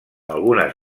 algunes